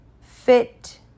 fit